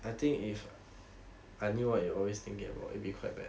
I think if I knew what you are always thinking about it will be quite bad